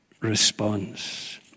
response